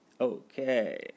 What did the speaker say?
Okay